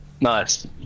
Nice